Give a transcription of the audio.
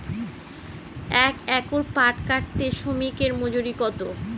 এক একর পাট কাটতে শ্রমিকের মজুরি কত?